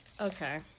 okay